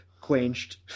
quenched